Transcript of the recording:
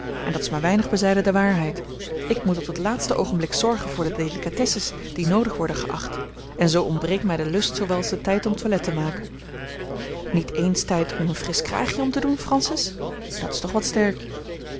en dat is maar weinig bezijden de waarheid ik moet tot het laatste oogenblik zorgen voor de délicatesses die noodig worden geacht en zoo ontbreekt mij de lust zoowel als de tijd om toilet te maken niet eens tijd om een frisch kraagje om te doen francis dat is toch wat sterk